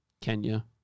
Kenya